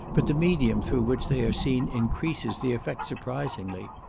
but the medium through which they are seen increases the effect surprisingly.